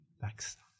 Pakistan